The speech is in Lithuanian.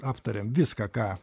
aptarėm viską ką